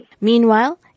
Meanwhile